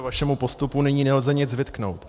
Vašemu postupu nyní nelze nic vytknout.